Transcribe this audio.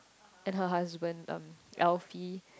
and her husband um Elfie